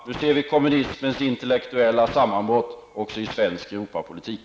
Nu ser vi kommunismens intellektuella sammanbrott också i svensk Europapolitik.